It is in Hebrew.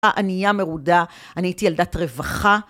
ע.. עניה מרודה, אני הייתי ילדת רווחה.